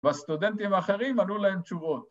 ‫והסטודנטים האחרים ענו להם תשובות.